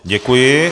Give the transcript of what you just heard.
Děkuji.